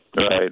right